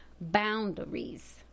boundaries